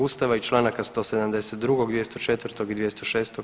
Ustava i članaka 172., 204. i 206.